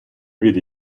від